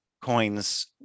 coins